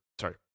sorry